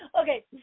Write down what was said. Okay